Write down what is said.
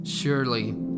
Surely